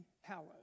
hallowed